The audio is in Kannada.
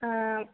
ಹಾಂ